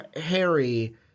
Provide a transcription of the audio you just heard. Harry